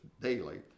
daily